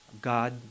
God